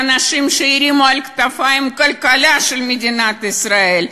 לאנשים שהרימו על הכתפיים את הכלכלה של מדינת ישראל,